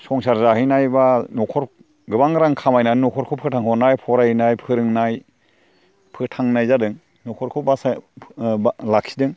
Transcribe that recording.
संसार जाहैनाय एबा न'खर गोबां रां खामायनानै न'खरखौ फोथां हरनाय फरायनाय फोरोंनाय फोथांनाय जादों न'खरखौ बासायना लाखिदों